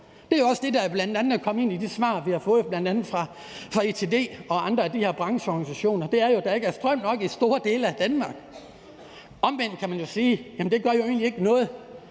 Det er også det, der står i de svar, vi har fået fra bl.a. ITD og andre af de her brancheorganisationer – nemlig at der ikke er strøm nok i store dele af Danmark. Omvendt kan man sige, at det jo egentlig ikke gør